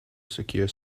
secure